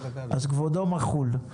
אז כבודו מחול.